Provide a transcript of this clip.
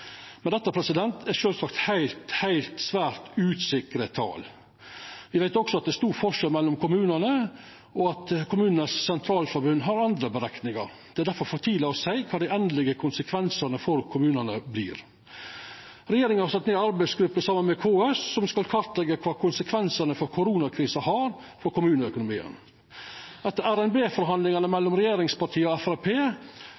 Men dette er sjølvsagt svært usikre tal. Me veit også at det er stor forskjell mellom kommunane, og at KS har andre berekningar. Det er difor for tidleg å seia kva dei endelege konsekvensane for kommunane vert. Regjeringa har sett ned ei arbeidsgruppe saman med KS, som skal kartleggja kva konsekvensar koronakrisa har for kommuneøkonomien. Etter